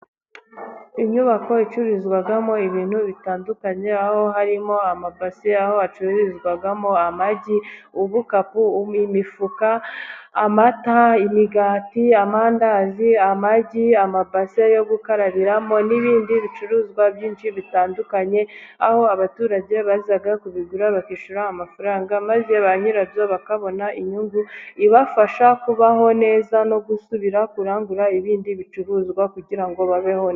Inyubako icururizwamo ibintu bitandukanye aho harimo amabasi, aho hacururizwamo amagi, ubukapu, imifuka, amata, imigati, amandazi amagi, amabase yo gukarabiramo n'ibindi bicuruzwa byinshi bitandukanye, aho abaturage baza kubigura bakishyura amafaranga, maze ba nyirabyo bakabona inyungu, ibafasha kubaho neza no gusubira kurangura ibindi bicuruzwa, kugira ngo babeho.